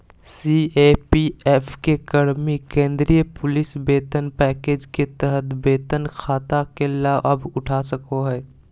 CAPF के कर्मि केंद्रीय पुलिस वेतन पैकेज के तहत वेतन खाता के लाभउठा सको हइ